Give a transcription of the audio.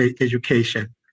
education